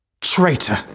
Traitor